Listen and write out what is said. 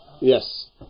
Yes